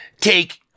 take